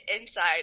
inside